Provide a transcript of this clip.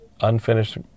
unfinished